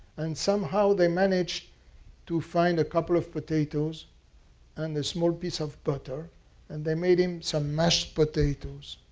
and somehow they managed to find a couple of potatoes and a small piece of butter and they made him some mashed potatoes.